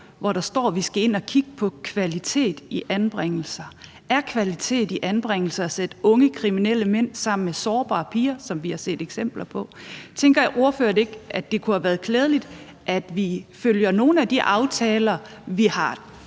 hvor der står, at vi skal ind og kigge på kvalitet i anbringelser. Er kvalitet i anbringelser at sætte unge kriminelle mænd sammen med sårbare piger, som vi har set eksempler på? Tænker ordføreren ikke, at det kunne have været klædeligt, at vi følger nogle af de aftaler, vi har